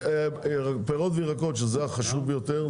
פירות וירקות שזה החשוב ביותר,